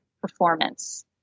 performance